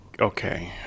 okay